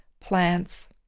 plants